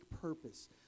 purpose